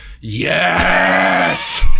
Yes